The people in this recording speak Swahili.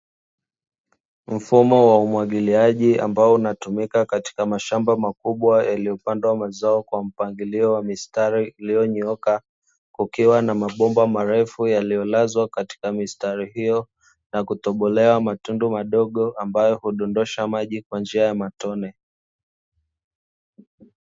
Mfumo wa umwagiliaji ambao unatumika katika mashamba makubwa yaliyopandwa mazao kwa mpangilio wa mistari iliyonyooka, kukiwa na mabomba marefu yaliyolazwa katika mistari hiyo na kutobolewa matundu madogo ambayo hudondosha maji kwa njia ya matone.